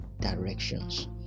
directions